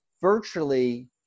virtually